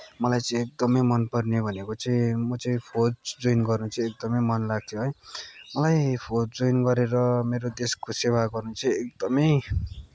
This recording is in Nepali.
मलाई चाहिँ एकदमै मनपर्ने भनेको चाहिँ म चाहिँ फौज जोइन गर्न चाहिँ एकदमै मन लाग्थ्यो है मलाई फौज जोइन गरेर मेरो देशको सेवा गर्नु चाहिँ एकदमै